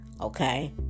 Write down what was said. Okay